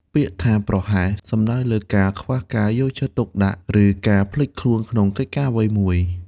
ពាក្យថា «ប្រហែស» សំដៅលើការខ្វះការយកចិត្តទុកដាក់ ឬការភ្លេចខ្លួនក្នុងកិច្ចការអ្វីមួយ។